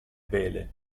vele